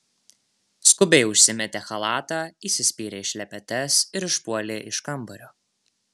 skubiai užsimetė chalatą įsispyrė į šlepetes ir išpuolė iš kambario